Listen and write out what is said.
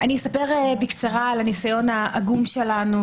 אני אספר בקצרה על הניסיון העגום שלנו